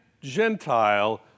Gentile